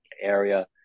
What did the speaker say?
area